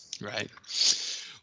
Right